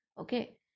okay